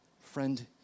Friend